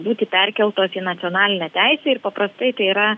būti perkeltos į nacionalinę teisę ir paprastai tai yra